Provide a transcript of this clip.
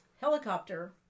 helicopter